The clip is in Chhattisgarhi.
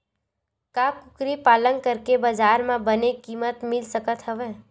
का कुकरी पालन करके बजार म बने किमत मिल सकत हवय?